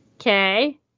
Okay